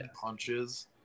punches